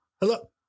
Hello